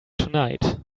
tonight